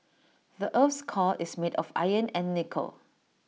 the Earth's core is made of iron and nickel